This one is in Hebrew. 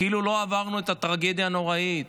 כאילו לא עברנו את הטרגדיה הנוראית.